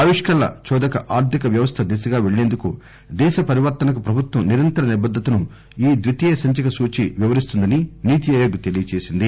ఆవిష్కరణల చోదక ఆర్థిక వ్యవస్థ దిశగా పెళ్లేందుకు దేశ పరివర్తనకు ప్రభుత్వ నిరంతర నిబద్దతను ఈ ద్వితీయ సంచిక సూచి వివరిస్తుందని నీతిఆయోగ్ తెలియజేసింది